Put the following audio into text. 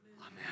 amen